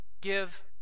give